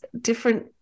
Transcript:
different